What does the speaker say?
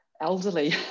elderly